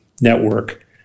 network